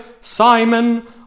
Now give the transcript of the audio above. Simon